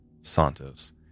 Santos